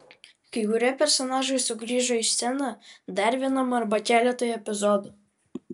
kai kurie personažai sugrįžo į sceną dar vienam arba keletui epizodų